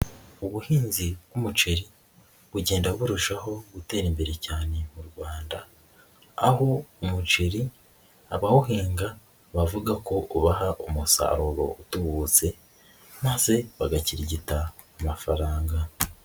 Ubuhinzi bw'umuceri bugenda burushaho gutera imbere cyane mu Rwanda, aho umuceri abawuhinga bavuga ko ubaha umusaruro utubutse maze bagakirigita amafaranga.